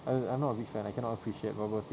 err I'm not a big fan I cannot appreciate bubble tea